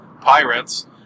pirates